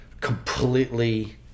completely